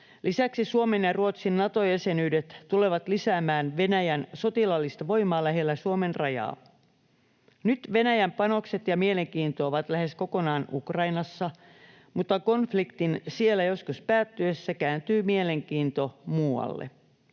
Lisäksi Suomen ja Ruotsin Nato-jäsenyydet tulevat lisäämään Venäjän sotilaallista voimaa lähellä Suomen rajaa. Nyt Venäjän panokset ja mielenkiinto ovat lähes kokonaan Ukrainassa, mutta konfliktin siellä joskus päättyessä kääntyy mielenkiinto muualle.